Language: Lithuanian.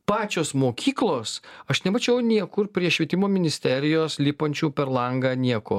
pačios mokyklos aš nemačiau niekur prie švietimo ministerijos lipančių per langą nieko